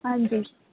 ਹਾਂਜੀ